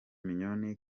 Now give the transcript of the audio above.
mignone